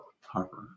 Harper